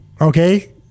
Okay